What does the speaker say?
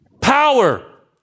Power